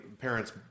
parents